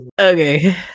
Okay